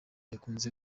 yakunze